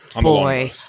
Boy